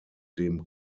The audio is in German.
dem